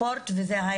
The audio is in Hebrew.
אין